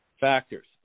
factors